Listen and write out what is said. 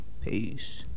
Peace